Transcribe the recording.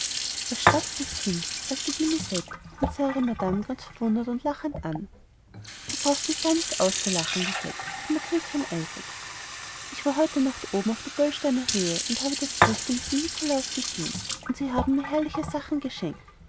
schwatzt das kind sagte die lisette und sah ihre madame ganz verwundert und lachend an du brauchst mich gar nicht auszulachen lisette rief mathildchen eifrig ich war heute nacht oben auf der böllsteiner höhe und habe das christkind und den nikolaus gesehen und sie haben mir herrliche sachen geschenkt